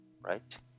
right